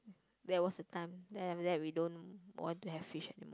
that was the time then after that we don't want to have fish anymore